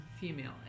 female